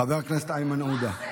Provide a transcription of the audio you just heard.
חבר הכנסת איימן עודה.